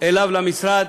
אצלו במשרד.